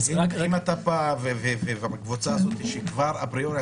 אם אתה בא ובקבוצה הזאת שכבר אפריורית